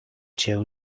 cię